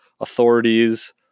authorities